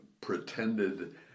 pretended